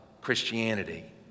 Christianity